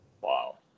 Wow